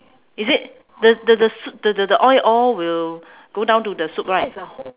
is it the the the sou~ the the oil all will go down to the soup right